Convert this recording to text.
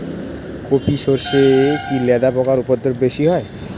কোপ ই সরষে কি লেদা পোকার উপদ্রব বেশি হয়?